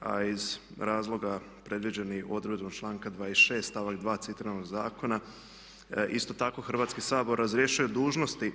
A iz razloga predviđenih odredba članka 26. stavak 2. citiranog zakona isto tako Hrvatski sabor razrješuje dužnosti